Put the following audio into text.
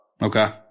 Okay